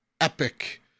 epic